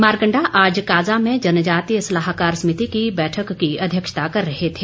मारकण्डा आज काज़ा में जनजातीय सलाहकार समिति की बैठक की अध्यक्षता कर रहे थे